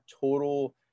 total